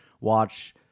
watch